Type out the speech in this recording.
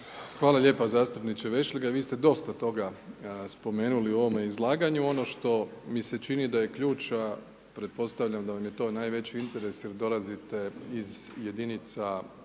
Hvala lijepo zastupniče Vešligaj. Vi ste dosta toga spomenuli u ovome izlaganju, ono što mi se čini da je ključ, a pretpostavljam da vam je to najveći interes, jel dolazite iz jedinica